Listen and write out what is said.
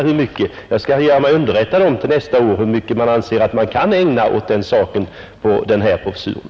Jag skall till nästa år göra mig underrättad om hur mycket av den här professuren som har kunnat ägnas åt den här saken,